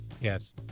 Yes